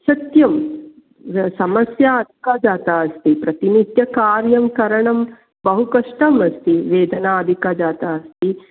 सत्यं समस्या अधिका जाता अस्ति प्रतिनित्यकार्यं करणं बहु कष्टमस्ति वेदना अधिका जाता अस्ति